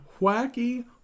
Wacky